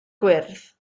gwyrdd